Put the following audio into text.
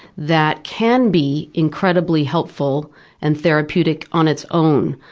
that can be incredibly helpful and therapeutic on its own,